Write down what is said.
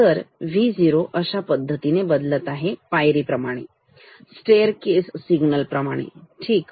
तर V0 अशा पद्धतीने बदलत आहे पायरी प्रमाणे स्टेअर केस सिग्नल प्रमाणे ठीक